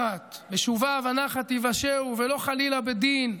ובנחת, "בשובה ונחת תִוָשעון" ולא חלילה בדין,